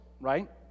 right